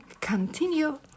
continue